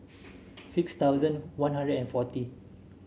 six thousand One Hundred and forty